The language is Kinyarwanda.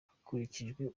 hakurikijwe